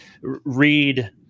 read